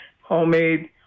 homemade